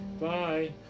Bye